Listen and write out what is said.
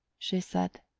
she said.